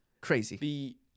crazy